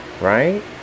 Right